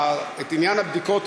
בעניין הבדיקות,